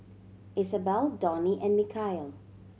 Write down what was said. Isabel Donny and Mikeal